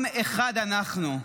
עם אחד אנחנו,